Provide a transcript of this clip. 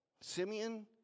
Simeon